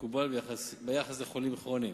כמקובל ביחס לחולים כרוניים.